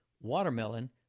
watermelon